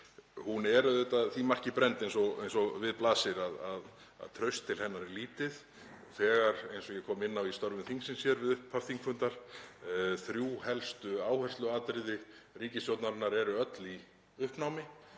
er auðvitað því marki brennd, eins og við blasir, að traust til hennar er lítið. Og þegar, eins og ég kom inn á í störfum þingsins hér við upphaf þingfundar, þrjú helstu áhersluatriði ríkisstjórnarinnar eru öll í uppnámi,